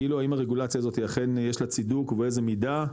האם הרגולציה הזאת היא אכן יש לה צידוק ובאיזה מידה?